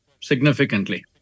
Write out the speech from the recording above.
significantly